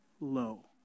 low